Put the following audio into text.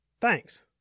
Thanks